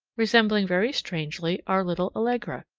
resembling very strangely our little allegra.